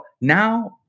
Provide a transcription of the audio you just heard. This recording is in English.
now